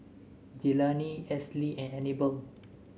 Jelani Esley and Anibal